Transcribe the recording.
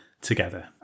together